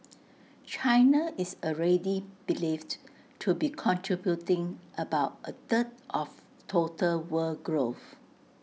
China is already believed to be contributing about A third of total world growth